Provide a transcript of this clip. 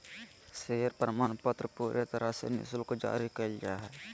share प्रमाणपत्र पूरे तरह से निःशुल्क जारी कइल जा हइ